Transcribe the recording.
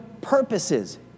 purposes